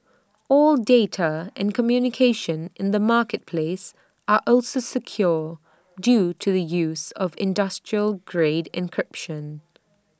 all data and communication in the marketplace are also secure due to the use of industrial grade encryption